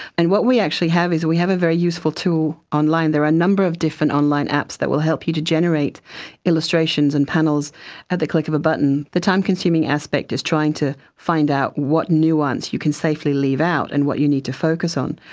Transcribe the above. and what we actually have is we have a very useful tool online. there are a number of different online apps that will help you to generate illustrations and panels at the click of a button. the time-consuming aspect is trying to find out what nuance you can safely leave out and what you need to focus on.